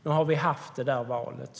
Nu har vi haft det där valet.